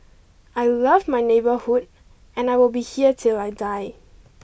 I love my neighbourhood and I will be here till I die